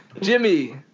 Jimmy